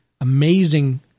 amazing